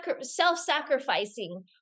self-sacrificing